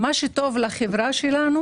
מה שטוב לחברה שלנו